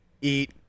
eat